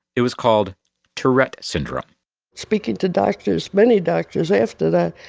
it was called tourette syndrome speaking to doctors, many doctors after that,